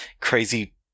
crazy